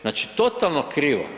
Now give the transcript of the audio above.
Znači totalno krivo.